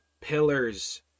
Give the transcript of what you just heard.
pillars